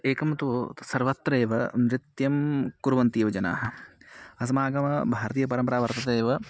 एकं तु सर्वत्र एव नृत्यं कुर्वन्ति एव जनाः अस्माकं भारतीयपरम्परा वर्तते एव